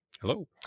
hello